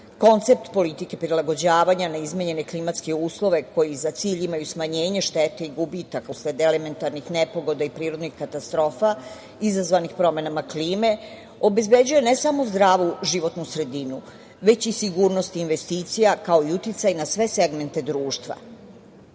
Koncept politike prilagođavanja, neizmenjene klimatske uslove, koji za cilj imaju smanjenje štete i gubitaka usled elementarnih nepogoda i prirodnih katastrofa, izazvanih promenama klime obezbeđuje ne samo zdravu životnu sredinu, već i sigurnosti investicija, kao i uticaj na sve segmente društva. Drugim